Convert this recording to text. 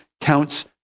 counts